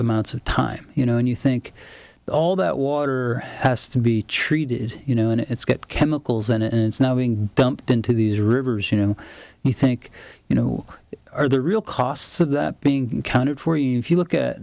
amounts of time you know and you think all that water has to be treated you know and it's got chemicals in it and it's now being dumped into these rivers you know you think you know are the real costs of that being counted for you if you look at